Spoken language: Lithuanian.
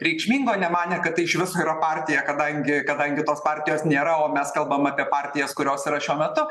reikšmingo nemanė kad tai iš viso yra partija kadangi kadangi tos partijos nėra o mes kalbam apie partijas kurios yra šiuo metu